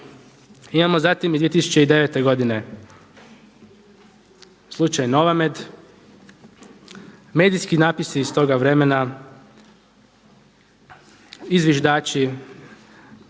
Imamo zatim iz 2009. godine slučaj Novamed. Medijski napisi iz toga vremena i zviždači